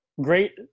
great